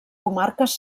comarques